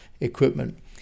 equipment